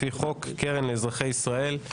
לפי חוק קרן לאזרחי ישראל.